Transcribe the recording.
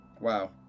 Wow